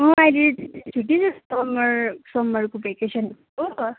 अँ अहिले छुट्टी छ त समर समरको भ्याकेसनको